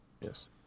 Yes